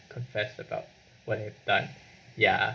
confessed about when he died ya